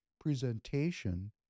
presentation